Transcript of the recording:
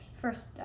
First